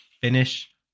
Finish